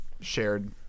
shared